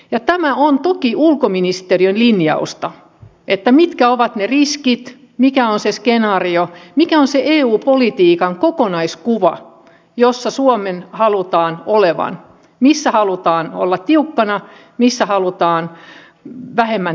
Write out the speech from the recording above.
ja tämä on toki ulkoministeriön linjausta mitkä ovat ne riskit mikä on se skenaario mikä on se eu politiikan kokonaiskuva jossa suomen halutaan olevan missä halutaan olla tiukkana missä halutaan olla vähemmän tiukka